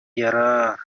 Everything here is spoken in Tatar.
ярар